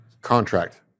Contract